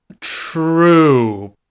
true